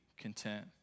content